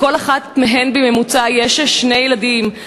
לכל אחת מהן יש שני ילדים בממוצע.